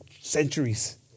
centuries